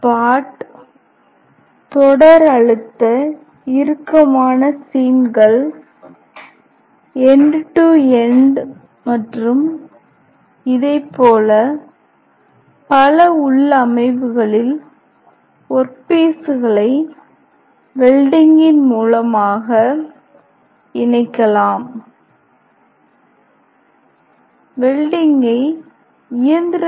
spot தொடர் அழுத்த இறுக்கமான சீம்கள் எண்டு டு எண்டு மற்றும் இதைப்போல பல உள்ளமைவுகளில் ஒர்க் பீசுகளை வெல்டிங்கின் மூலமாக இணைக்கலாம் வெல்டிங்கை இயந்திரமயமாக்கலாம்